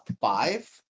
five